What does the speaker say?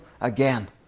again